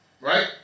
Right